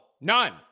none